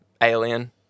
Alien